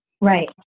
Right